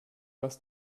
was